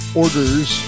orders